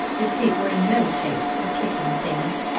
his feet were in no shape for kicking things.